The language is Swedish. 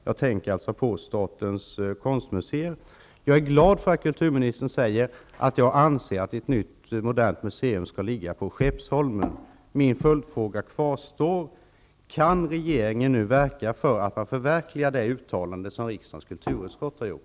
Jag tänker alltså på statens konstmuseer. Jag är glad över att kulturministern säger att hon anser att ett nytt modernt museum skall ligga på Skeppsholmen. Min följdfråga kvarstår: Kan regeringen nu verka för att man förverkligar det uttalande som riksdagens kulturutskott har gjort?